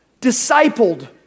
discipled